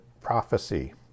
prophecy